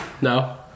No